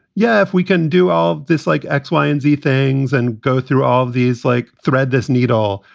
yeah, if we can do all this like x, y and z things and go through all these, like thread this needle,